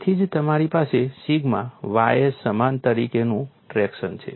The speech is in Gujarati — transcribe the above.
તેથી જ તમારી પાસે સિગ્મા ys સમાન તરીકેનું ટ્રેક્શન છે